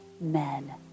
men